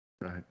Right